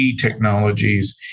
technologies